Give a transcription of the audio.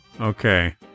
Okay